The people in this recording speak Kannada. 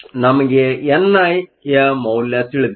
ನಮಗೆ ಎನ್ ಐ ಯ ಮೌಲ್ಯ ತಿಳಿದಿದೆ